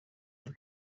ari